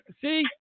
See